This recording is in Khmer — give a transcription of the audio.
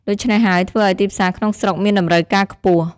ដូច្នេះហើយ ធ្វើអោយទីផ្សារក្នុងស្រុកមានតម្រូវការខ្ពស់។